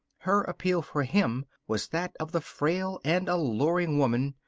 her appeal for him was that of the frail and alluring woman.